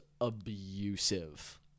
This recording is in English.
abusive